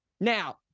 Now